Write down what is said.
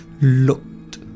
looked